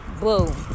Boom